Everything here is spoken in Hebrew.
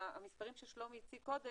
המספרים ששלומי הציג קודם,